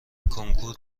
کنکور